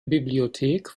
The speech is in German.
bibliothek